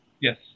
Yes